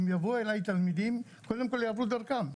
אם יבואו אליי תלמידים קודם כל יעברו דרכם,